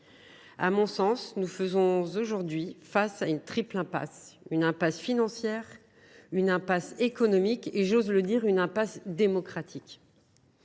À mon sens, nous faisons aujourd’hui face à une triple impasse : une impasse financière, une impasse économique et, j’ose le dire, une impasse démocratique.